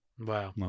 wow